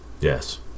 Yes